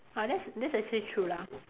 ah that's that's actually true lah